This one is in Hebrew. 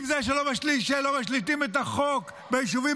אם זה שלא משליטים את החוק ביישובים